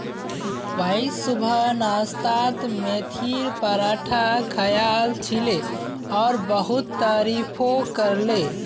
Y सुबह नाश्तात मेथीर पराठा खायाल छिले और बहुत तारीफो करले